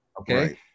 Okay